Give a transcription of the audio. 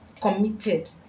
committed